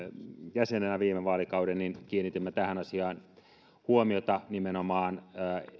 jäsenenä viime vaalikauden kiinnitimme tähän asiaan huomiota nimenomaan